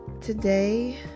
Today